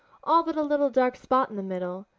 all but a little dark spot in the middle,